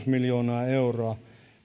miljoonaa euroa